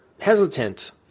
hesitant